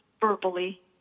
verbally